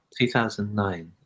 2009